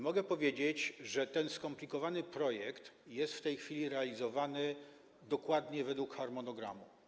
Mogę powiedzieć, że ten skomplikowany projekt jest w tej chwili realizowany dokładnie według harmonogramu.